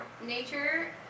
nature